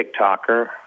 TikToker